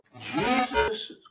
jesus